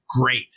great